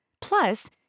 Plus